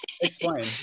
explain